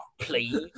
please